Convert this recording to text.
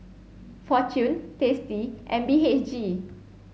Fortune Tasty and B H G